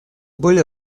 были